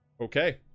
Okay